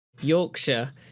Yorkshire